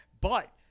But-